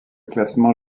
classement